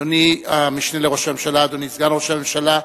אדוני המשנה לראש הממשלה, אדוני סגן ראש הממשלה,